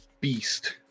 Beast